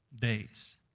days